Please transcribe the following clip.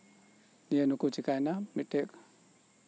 ᱫᱤᱭᱮ ᱱᱩᱠᱩ ᱪᱤᱠᱟᱹᱭᱮᱱᱟ ᱢᱤᱫᱴᱮᱱ